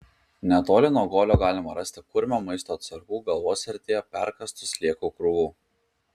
netoli nuo guolio galima rasti kurmio maisto atsargų galvos srityje perkąstų sliekų krūvų